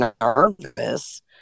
nervous